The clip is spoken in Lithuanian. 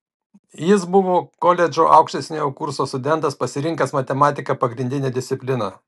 jis buvo koledžo aukštesniojo kurso studentas pasirinkęs matematiką pagrindine disciplina